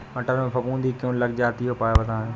मटर में फफूंदी क्यो लग जाती है उपाय बताएं?